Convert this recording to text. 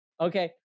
okay